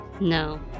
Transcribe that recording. No